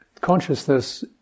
consciousness